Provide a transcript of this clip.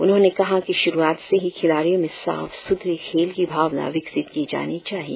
उन्होंने कहा कि श्रुआत से ही खिलाड़ियों में साफ सुथरी खेल की भावना विकसित की जानी चाहिए